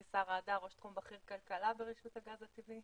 אני ראש תחום בכיר כלכלה ברשות הגז הטבעי.